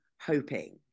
hoping